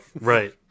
Right